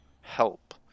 help